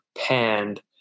panned